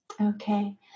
Okay